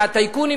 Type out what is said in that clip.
מהטייקונים,